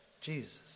Jesus